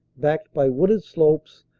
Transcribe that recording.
backed by wooded slopes,